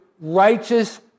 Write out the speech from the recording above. righteous